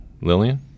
lillian